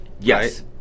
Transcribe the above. Yes